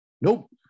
Nope